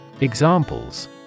Examples